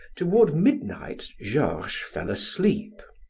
toward midnight georges fell asleep.